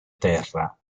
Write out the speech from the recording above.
terra